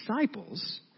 disciples